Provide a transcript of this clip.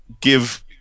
give